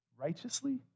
righteously